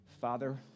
Father